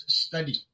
study